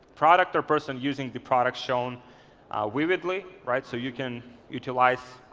product or person using the products shown vividly right. so you can utilise,